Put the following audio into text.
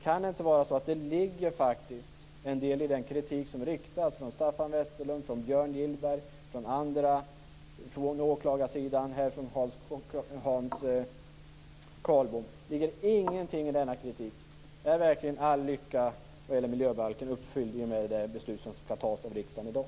Kan det inte vara så att det faktiskt ligger en del i den kritik som riktats från Staffan Westerlund, Björn Gillberg, åklagarsidan och Hans Karlbom? Ligger ingenting i denna kritik? Är verkligen all lycka i miljöbalken uppfylld i och med det beslut som skall fattas av riksdagen i dag?